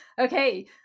okay